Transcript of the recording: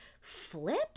flip